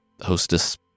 Hostess